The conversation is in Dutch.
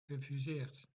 gefuseerd